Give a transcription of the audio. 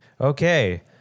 Okay